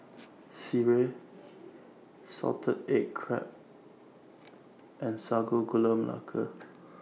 Sireh Salted Egg Crab and Sago Gula Melaka